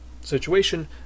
situation